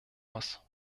muss